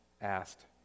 asked